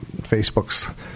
Facebook's